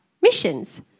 missions